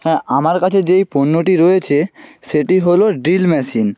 হ্যাঁ আমার কাছে যেই পণ্যটি রয়েছে সেটি হলো ড্রিল মেশিন